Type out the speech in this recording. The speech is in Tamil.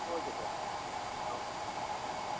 ஓகே சார் ஆ ஆ தேங்க் யூ